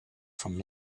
from